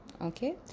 okay